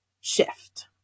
shift